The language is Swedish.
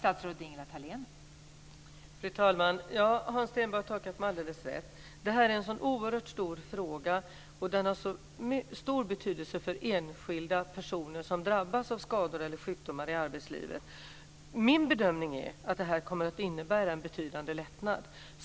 Fru talman! Hans Stenberg har tolkat mig alldeles rätt. Det här en oerhört stor fråga, och den har stor betydelse för enskilda som drabbas av skador eller sjukdomar i arbetslivet. Min bedömning är att det här kommer att innebära en betydande lättnad.